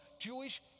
Jewish